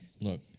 Look